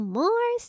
more